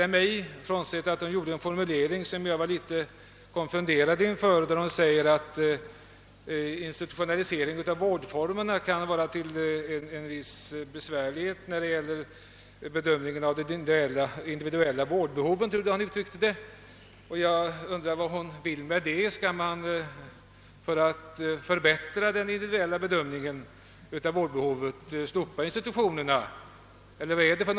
Men hon formulerade en mening på ett sätt som gjorde mig litet konfunderad. Hon sade ungefär att en institutionalisering av vårdformerna kan medföra besvär vid bedömningen av det individuella vårdbehovet. Vad ville fröken Ljungberg ha sagt med det? Skall vi för att förbättra den individuella bedömningen av vårdbehovet slopa institutionerna, eller vad är meningen?